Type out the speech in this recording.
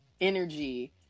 energy